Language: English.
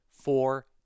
four